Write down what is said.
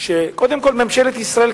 שקודם כול ממשלת ישראל,